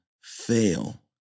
fail